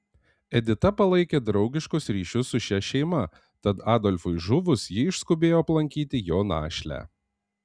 edita palaikė draugiškus ryšius su šia šeima tad adolfui žuvus ji išskubėjo aplankyti jo našlę